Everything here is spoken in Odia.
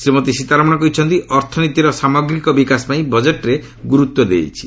ଶ୍ରୀମତୀ ସୀତାରମଣ କହିଛନ୍ତି ଅର୍ଥନୀତିର ସାମଗ୍ରିକ ବିକାଶ ପାଇଁ ବଜେଟ୍ରେ ଗୁରୁତ୍ୱ ଦିଆଯାଇଛି